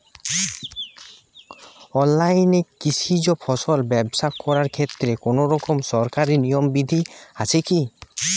অনলাইনে কৃষিজ ফসল ব্যবসা করার ক্ষেত্রে কোনরকম সরকারি নিয়ম বিধি আছে কি?